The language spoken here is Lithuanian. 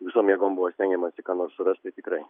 visom jėgom buvo stengiamasi ką nors surast tai tikrai